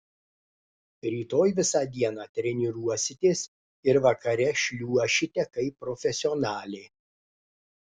rytoj visą dieną treniruositės ir vakare šliuošite kaip profesionalė